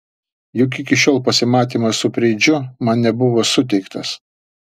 juk iki šiol pasimatymas su preidžiu man nebuvo suteiktas